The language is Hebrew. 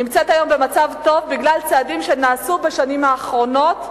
נמצאת היום במצב טוב בגלל צעדים שנעשו בשנים האחרונות,